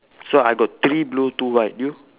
so I got three blue two white you